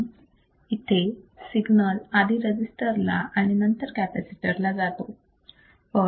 म्हणून येथे सिग्नल आधी रजिस्टर ला आणि नंतर कॅपॅसिटर ला जातो